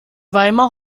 weimar